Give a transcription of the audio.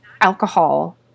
alcohol